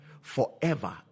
forever